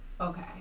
Okay